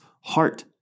heart